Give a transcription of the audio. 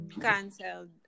cancelled